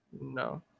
No